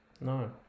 No